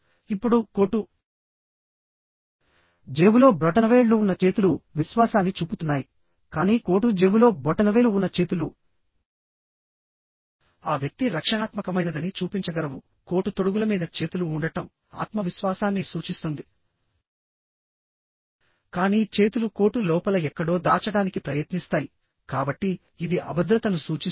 ఇప్పుడు కోటు జేబులో బ్రొటనవేళ్లు ఉన్న చేతులు విశ్వాసాన్ని చూపుతున్నాయి కానీ కోటు జేబులో బొటనవేలు ఉన్న చేతులు ఆ వ్యక్తి రక్షణాత్మకమైనదని చూపించగలవు కోటు తొడుగుల మీద చేతులు ఉండటం ఆత్మవిశ్వాసాన్ని సూచిస్తుంది కానీ చేతులు కోటు లోపల ఎక్కడో దాచడానికి ప్రయత్నిస్తాయి కాబట్టి ఇది అభద్రతను సూచిస్తుంది